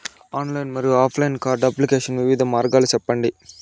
Online మరియు offline card application వివిధ మార్గాలు సెప్పండి?